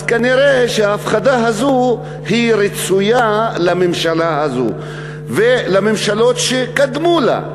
אז כנראה ההפחדה הזו רצויה לממשלה הזו ולממשלות שקדמו לה.